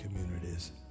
communities